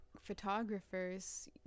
photographers